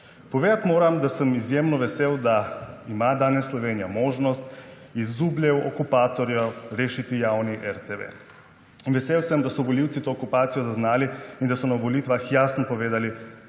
Povedati moram, da sem izjemno vesel, da ima danes Slovenija možnost iz zubljev okupatorjev rešiti javni RTV. Vesel sem, da so volivci to okupacijo zaznali in da so na volitvah jasno povedali,